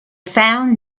found